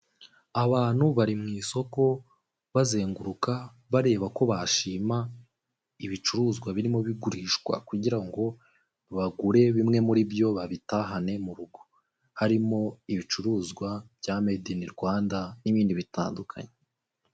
Abantu bari mu isoko bazenguruka bareba ko bashima ibicuruzwa birimo bigurishwa kugira ngo bagure bimwe muri byo babitahane mu rugo, harimo ibicuruzwa bya made ini Rwanda n'ibindi bitandukanye.